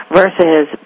versus